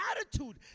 attitude